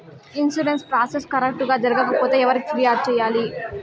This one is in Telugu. ఇన్సూరెన్సు ప్రాసెస్ కరెక్టు గా జరగకపోతే ఎవరికి ఫిర్యాదు సేయాలి